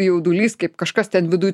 jaudulys kaip kažkas ten viduj